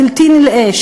בלתי נלאה,